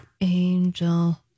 Angel